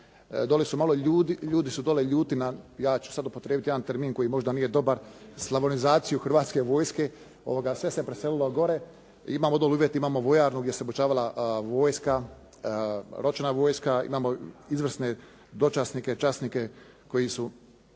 dole su ljudi malo ljuti na, ja ću sad upotrijebit jedan termin koji možda nije dobar, za slabonizaciju Hrvatske vojske, sve se preselilo gore. Imamo dole uvjete, imamo vojarnu gdje se obučavala vojska, ročna vojska. Imamo izvrsne dočasnike, časnike koji su